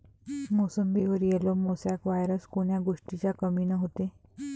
मोसंबीवर yellow mosaic virus कोन्या गोष्टीच्या कमीनं होते?